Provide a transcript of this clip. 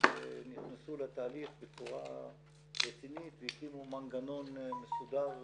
שנכנסו לתהליך בצורה רצינית והקימו מנגנון מסודר